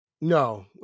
No